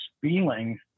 feeling